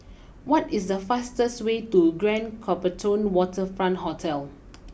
what is the fastest way to Grand Copthorne Waterfront Hotel